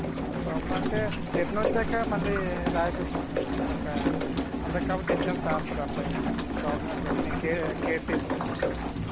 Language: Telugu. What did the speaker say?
ప్రాబ్లమ్ అంటే రిటర్న్ వచ్చాక మళ్ళీ రాయిస్తానండి ఒక అంతకి కాకపోతే ఎగ్జామ్స్ రాస్తాడు ఆ అబ్బాయి ప్రాబ్లమ్ అయితుంది మేము కేర్ కేర్ తీసుకుంటాం